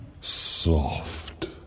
Soft